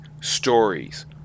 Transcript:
stories